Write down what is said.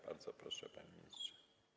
Bardzo proszę, panie ministrze.